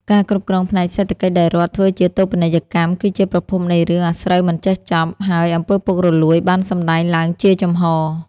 ការគ្រប់គ្រងផ្នែកសេដ្ឋកិច្ចដែលរដ្ឋធ្វើជាតូបនីយកម្មគឺជាប្រភពនៃរឿងអាស្រូវមិនចេះចប់ ហើយអំពើពុករលួយបានសម្តែងឡើងជាចំហ។